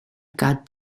cut